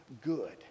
good